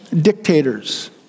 dictators